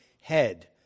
head